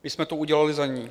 My jsme to udělali za ni.